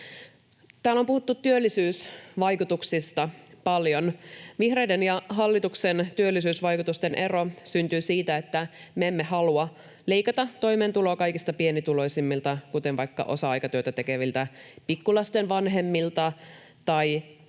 Täällä on puhuttu työllisyysvaikutuksista paljon. Vihreiden ja hallituksen työllisyysvaikutusten ero syntyy siitä, että me emme halua leikata toimeentuloa kaikista pienituloisimmilta, kuten vaikka osa-aikatyötä tekeviltä pikkulasten vanhemmilta, tai pakottaa